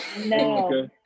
No